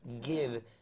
give